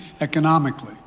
economically